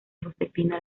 josefina